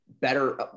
Better